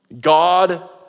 God